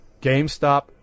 GameStop